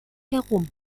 herum